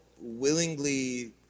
willingly